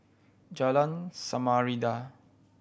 Jalan Samarinda